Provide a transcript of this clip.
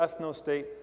ethno-state